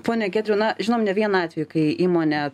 pone giedriau na žinom ne vieną atvejį kai įmonė